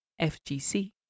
FGC